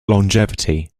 longevity